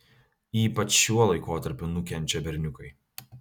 ypač šiuo laikotarpiu nukenčia berniukai